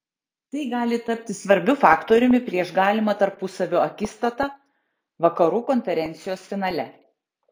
tai gali tapti svarbiu faktoriumi prieš galimą tarpusavio akistatą vakarų konferencijos finale